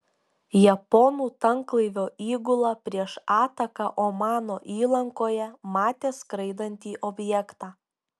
japonų tanklaivio įgula prieš ataką omano įlankoje matė skraidantį objektą